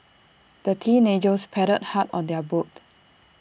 the teenagers paddled hard on their boat